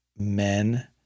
men